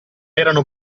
erano